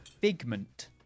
figment